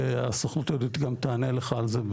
הסוכנות היהודית גם תענה לך על זה,